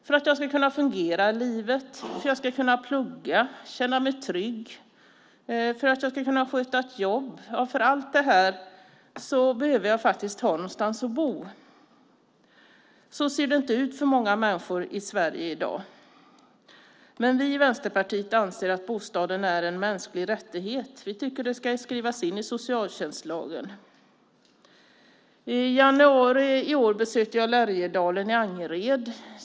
För att jag ska kunna fungera i livet, kunna plugga, känna mig trygg och kunna sköta ett jobb - för allt detta behöver jag ha någonstans att bo. För många människor i Sverige i dag ser det inte ut så, men vi i Vänsterpartiet anser att bostaden är en mänsklig rättighet. Vi tycker att det ska skrivas in i socialtjänstlagen. I januari i år besökte jag Lärjedalen i Angered.